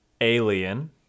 alien